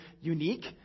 unique